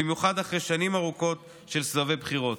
במיוחד אחרי שנים ארוכות של סבבי בחירות.